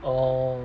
orh